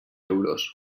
euros